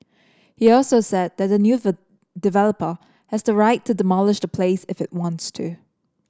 he also said that the new developer has the right to demolish the place if it wants to